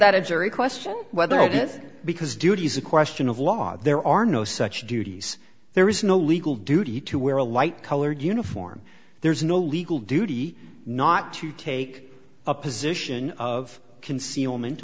that a jury question whether it is because duty is a question of law there are no such duties there is no legal duty to wear a light colored uniform there is no legal duty not to take a position of concealment